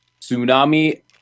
tsunami